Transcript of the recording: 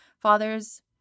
father's